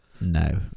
No